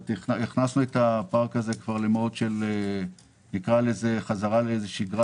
הכנסנו את הפארק הזה כבר ל-mode של חזרה לשגרה